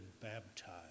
baptized